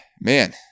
man